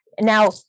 Now